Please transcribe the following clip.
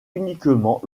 uniquement